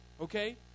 okay